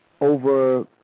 over